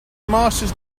masters